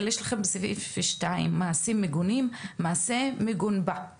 אבל יש לכם בסעיף שתיים "מעשים מגונים" = מעשה מגונבהו,